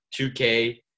2K